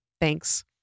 Thanks